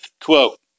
Quote